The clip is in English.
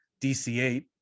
DC-8